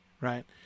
Right